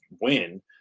win